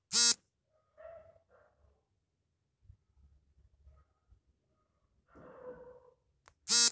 Alibaba ಮತ್ತು Amazon ಹಾಗೂ Flipkart e commerce ವೆಬ್ಸೈಟ್ಗಳು ಆಗಿವೆ